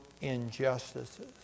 injustices